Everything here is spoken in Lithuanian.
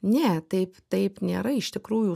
ne taip taip nėra iš tikrųjų